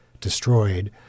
destroyed